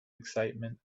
excitement